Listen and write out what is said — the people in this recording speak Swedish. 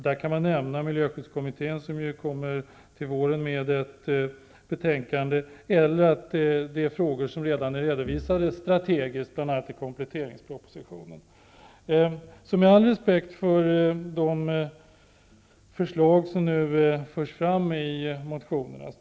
Man kan här nämna miljöskyddskommittén, som till våren kommer med ett betänkande. Det kan också röra sig om frågor som redan är strategiskt redovisade i bl.a. Jag har all respekt för de förslag som nu förs fram i motionerna.